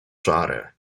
czary